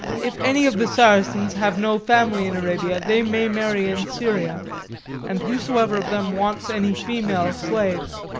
if any of the saracens have no family in arabia, they may marry in syria and whosoever of them wants any female slaves,